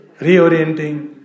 Reorienting